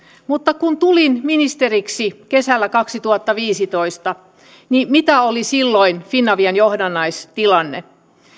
mutta kun tulin ministeriksi kesällä kaksituhattaviisitoista mikä oli silloin finavian johdannaistilanne